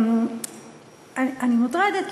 אני מוטרדת,